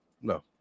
No